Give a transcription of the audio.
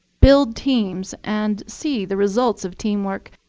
build teams, and see the results of teamwork,